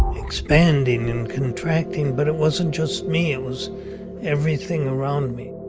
expanding and contracting. but it wasn't just me. it was everything around me